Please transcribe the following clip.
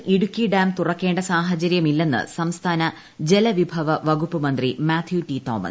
കേരളത്തിൽ ഇടുക്കി ഡാം തുറക്കേണ്ട സാഹചര്യമില്ലെന്ന് സംസ്ഥാന ജലവിഭവ വകുപ്പ്മന്ത്രി മാത്യു ടി തോമസ്